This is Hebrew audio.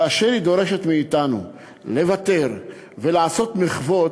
כאשר היא דורשת מאתנו לוותר ולעשות מחוות,